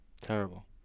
terrible